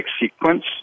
sequence